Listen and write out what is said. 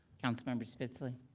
councilmember spitzley.